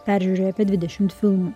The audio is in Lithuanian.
peržiūrėjo apie dvidešimt filmų